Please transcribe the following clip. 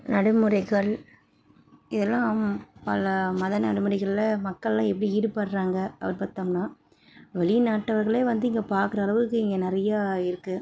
நடைமுறைகள் இதெல்லாம் பல மத நடைமுறைகளில் மக்களெலாம் எப்படி ஈடுபடுறாங்க அப்படி பார்த்தோம்ன்னா வெளிநாட்டவர்களே வந்து இங்கே பார்க்குற அளவுக்கு இங்கே நிறையா இருக்குது